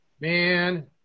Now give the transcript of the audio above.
Man